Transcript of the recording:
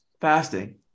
fasting